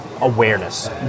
awareness